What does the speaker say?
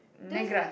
that was in